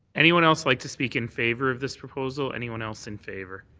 anyone else like to speak in favour of this proposal, anyone else in favour?